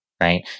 right